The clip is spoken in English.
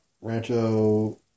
Rancho